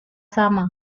sama